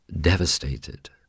devastated